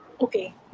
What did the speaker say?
okay